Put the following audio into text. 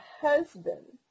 husband